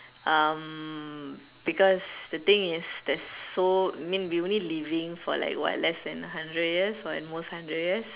um because the thing is there's so mean we only living for like what less than hundred years but at most hundred years